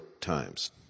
times